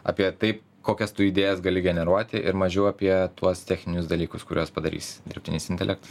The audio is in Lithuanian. apie tai kokias tu idėjas gali generuoti ir mažiau apie tuos techninius dalykus kuriuos padarys dirbtinis intelektas